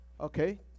Okay